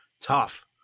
tough